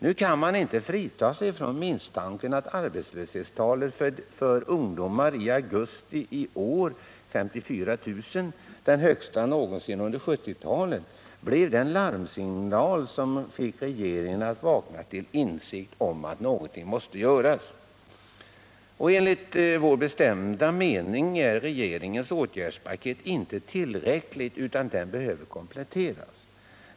Nu kan vi inte befria oss från misstanken att arbetslöshetstalet för ungdomar i augusti i år, 54 000 — det högsta någonsin under 1970-talet — blev en larmsignal som fick regeringen att komma till insikt om att något måste göras. Enligt vår bestämda mening är regeringens åtgärdspaket inte tillräckligt, utan det behöver kompletteras.